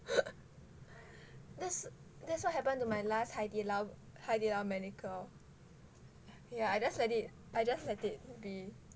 that's that's what happened to my last 海底捞海底捞 manicure yeah I just let it I just let it be